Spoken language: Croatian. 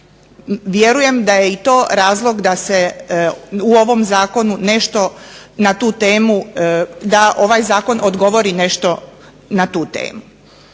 Vjerujem da je i to razlog da se u ovom zakonu nešto na tu temu da ovaj zakon odgovori nešto na tu temu.